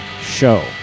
show